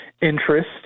interest